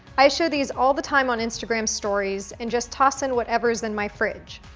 i show these all the time on instagram stories and just toss in whatever's in my fridge.